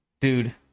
Dude